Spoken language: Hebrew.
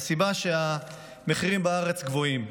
לסיבה שהמחירים בארץ גבוהים.